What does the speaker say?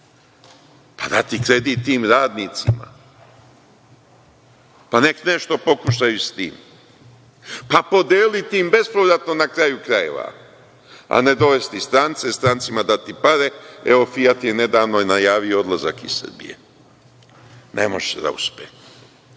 pa dati kredit tim radnicima, pa nek nešto pokušaju sa tim. Pa, podeliti im bespovratno na kraju krajeva, a ne dovesti strance, strancima dati pare. Evo, „Fijat“ je nedavno najavio odlazak iz Srbije, ne može da uspe.